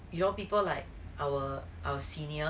you know people like our our senior